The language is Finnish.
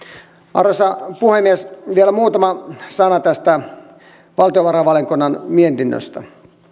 arvoisa puhemies vielä muutama sana tästä valtiovarainvaliokunnan mietinnöstä